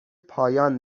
پایان